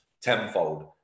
tenfold